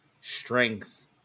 strength